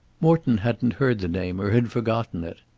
morton hadn't heard the name, or had forgotten it.